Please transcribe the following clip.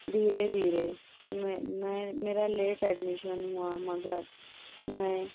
دھیرے دھیرے میں میں میرا لیٹ ایڈمیشن ہوا مگر میں